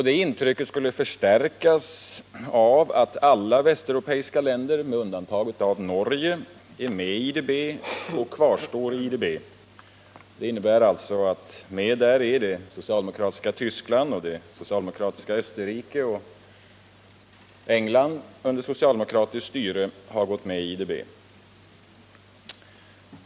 Detta intryck skulle förstärkas av att alla västeuropeiska länder, med undantag av Norge, är med i IDB och kvarstår i IDB, alltså även t.ex. det socialdemokratiska Tyskland och det socialdemokratiska Österrike. Även England har under socialdemokratiskt styre gått med i IDB.